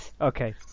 Okay